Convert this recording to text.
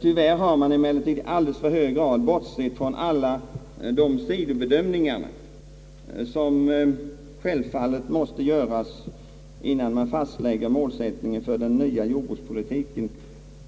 Tyvärr har man emellertid i alldeles för hög grad bortsett från alla de sidobedömningar som måste göras innan man fastlägger målsättningen för den nya jordbrukspolitiken,